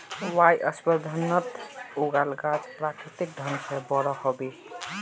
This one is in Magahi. वायवसंवर्धनत उगाल गाछ प्राकृतिक ढंग से बोरो ह बे